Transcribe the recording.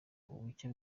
ubuke